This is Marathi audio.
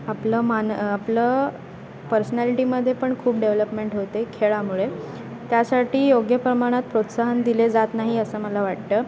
आपलं मान आपलं पर्सनॅलिटीमध्ये पण खूप डेव्हलपमेंट होते खेळामुळे त्यासाठी योग्य प्रमाणात प्रोत्साहन दिले जात नाही असं मला वाटतं